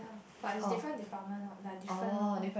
but is different department lor like different lor